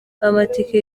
amatike